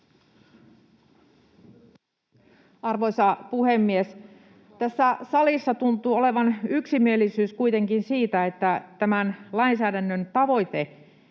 Arvoisa puhemies! Tässä salissa tuntuu kuitenkin olevan yksimielisyys siitä, että tämän lainsäädännön tavoite,